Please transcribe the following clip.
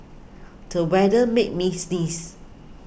the weather made me sneeze